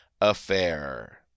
affair